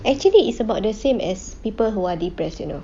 actually it's about the same as people who are depressed you know